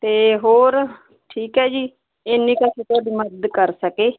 ਤੇ ਹੋਰ ਠੀਕ ਜੀ ਇੰਨੀ ਕ ਅਸੀਂ ਤੁਹਾਡੀ ਮਦਦ ਕਰ ਸਕੇ